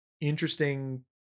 interesting